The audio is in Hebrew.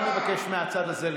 אני מבקש מהצד הזה להירגע.